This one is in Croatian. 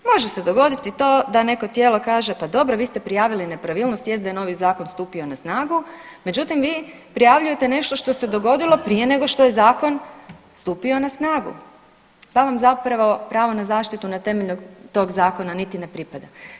Može se dogoditi to da neko tijelo kaže pa dobro vi ste pravili nepravilnosti, jest da je novi zakon stupio na snagu, međutim vi prijavljujete nešto što se dogodilo prije nego što je zakon stupio na snagu, pa vam zapravo pravo na zaštitu na temelju tog zakona niti ne pripada.